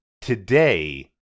today